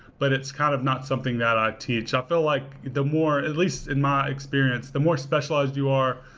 but it's kind of not something that i teach. i feel like the more at least, in my experience, the more specialized you are,